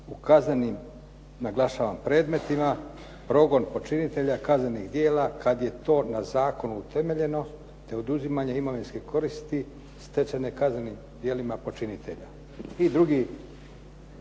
u kaznenim naglašavam predmetima, progon počinitelja kaznenih djela, kada je to na zakonu utemeljeno, te oduzimanje imovinske koristi stečene kaznenim djelima počinitelja.